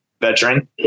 veteran